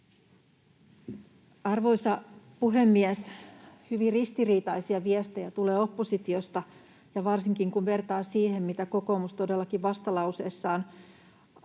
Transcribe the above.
Arvoisa puhemies! Hyvin ristiriitaisia viestejä tulee oppositiosta, varsinkin kun vertaa siihen, mitä kokoomus todellakin vastalauseessaan